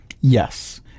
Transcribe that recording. Yes